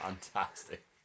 fantastic